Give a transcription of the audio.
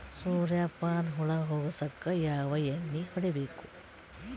ಸುರ್ಯಪಾನ ಹುಳ ಹೊಗಸಕ ಯಾವ ಎಣ್ಣೆ ಹೊಡಿಬೇಕು?